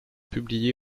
publiés